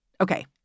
Okay